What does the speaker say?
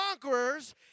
conquerors